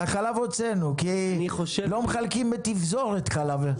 את החלב הוצאנו כי לא מחלקים בתפזורת חלב.